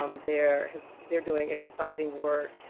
um they're they're doing exciting work.